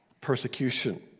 persecution